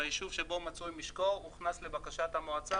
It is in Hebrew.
"ביישוב שבו מצוי משקו" הוכנס לבקשת המועצה,